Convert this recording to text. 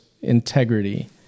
integrity